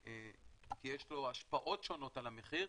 כי יש לו השפעות שונות על המחיר,